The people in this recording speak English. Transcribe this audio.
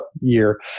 year